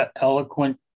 eloquent